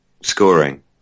scoring